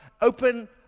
open